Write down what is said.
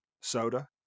Soda